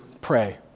pray